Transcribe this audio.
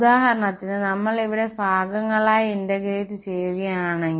ഉദാഹരണത്തിന് നമ്മൾ ഇവിടെ ഭാഗങ്ങളായി ഇന്റഗ്രേറ്റ് ചെയ്യുകയാണെങ്കിൽ